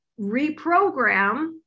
reprogram